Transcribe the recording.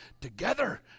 Together